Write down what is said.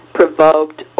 provoked